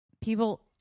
people